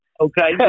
Okay